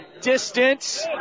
distance